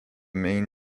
main